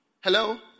Hello